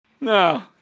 No